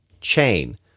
chain